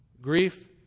Grief